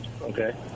Okay